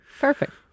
Perfect